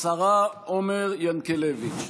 השרה עומר ינקלביץ'.